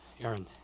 Aaron